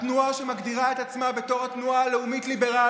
התנועה שמגדירה את עצמה בתור התנועה הלאומית-ליברלית,